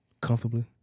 Comfortably